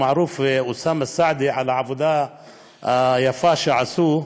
מערוף ואוסאמה סעדי על העבודה היפה שעשו.